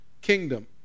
kingdom